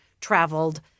traveled